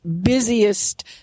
busiest